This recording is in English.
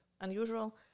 unusual